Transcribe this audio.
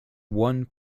one